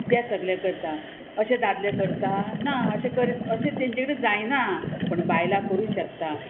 तें सगलें करता अशें दादले करता ना अशें करीत अशें तेंचे कडे जायना पूण बायलां करूं शकता